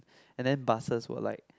and then buses were like